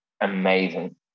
amazing